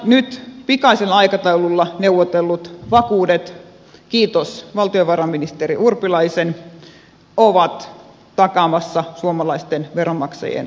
nyt pikaisella aikataululla neuvotellut vakuudet kiitos valtiovarainministeri urpilaisen ovat takaamassa suomalaisten veronmaksajien rahoja